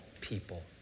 people